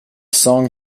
song